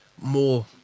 more